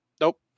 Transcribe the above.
Nope